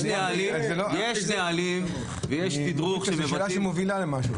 זאת שאלה שמובילה למשהו.